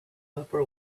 upper